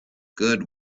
good